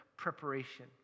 preparation